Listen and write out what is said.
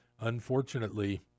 unfortunately